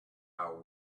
out